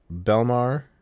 Belmar